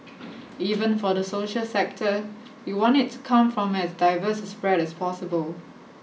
even for the social sector we want it to come from as diverse a spread as possible